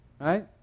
Right